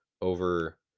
over